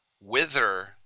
wither